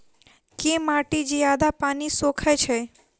केँ माटि जियादा पानि सोखय छै?